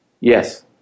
Yes